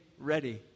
ready